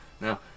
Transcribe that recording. Now